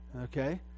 okay